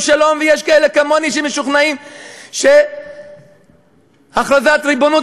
שלום ויש כאלה כמוני שמשוכנעים שהכרזת ריבונות